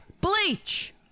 bleach